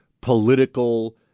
political